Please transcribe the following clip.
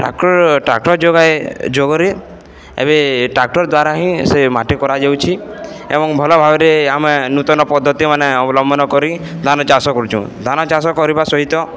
tractor tractor ଯୋଗାଇ ଯୋଗରେ ଏବେ ଟ୍ରାକ୍ଟର ଦ୍ୱାରା ହିଁ ସେ ମାଟି କରାଯାଉଛି ଏବଂ ଭଲ ଭାବରେ ଆମେ ନୂତନ ପଦ୍ଧତି ମାନେ ଅବଲମ୍ବନ କରି ଧାନ ଚାଷ କରୁଛୁଁ ଧାନ ଚାଷ କରିବା ସହିତ